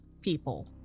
people